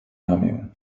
ramię